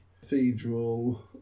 cathedral